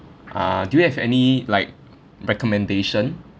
ah do you have any like recommendation